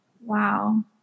Wow